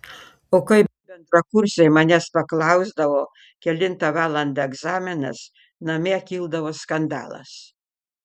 o kai bendrakursiai manęs paklausdavo kelintą valandą egzaminas namie kildavo skandalas